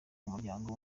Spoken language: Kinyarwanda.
umuryango